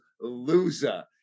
loser